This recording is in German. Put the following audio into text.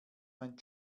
mein